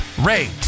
rate